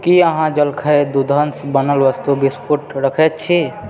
की अहाँ जलखय दूधसँ बनल वस्तु बिस्कुट रखैत छी